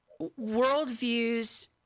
worldviews